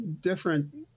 different